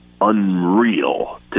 unreal